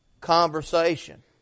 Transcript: conversation